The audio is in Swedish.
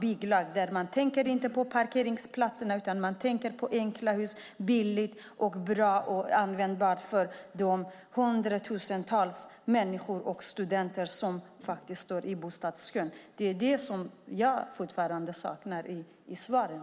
Det handlar om att inte enbart tänka på parkeringsplatser utan på enkla, billiga, bra och användbara hus för de hundratusentals människor och studenter som står i bostadskön. Det är vad jag saknar i svaren.